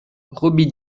robbie